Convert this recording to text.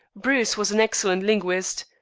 bruce was an excellent linguist.